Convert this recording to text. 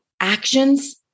actions